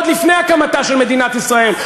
עוד לפני הקמתה של מדינת ישראל.